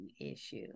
issue